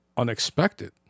Unexpected